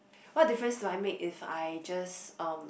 what difference do I make if I just um